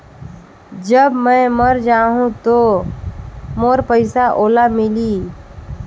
जब मै मर जाहूं तो मोर पइसा ओला मिली?